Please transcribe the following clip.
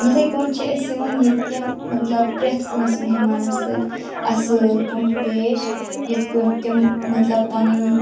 یِتھٕے پٲٹھۍ چھِ أسۍ یِوان ییٚتہٕ کٮ۪ن مطلب پرٛتھ کٲنٛسہِ مہمانَس سۭتۍ اَصۭل پٲٹھۍ پیش یِتھٕ پٲٹھۍ تِم مطلب پَنُن